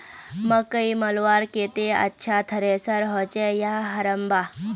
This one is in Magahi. मकई मलवार केते अच्छा थरेसर होचे या हरम्बा?